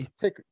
take